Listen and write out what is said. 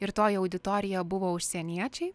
ir toji auditorija buvo užsieniečiai